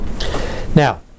Now